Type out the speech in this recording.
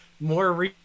more